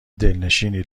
دلنشینی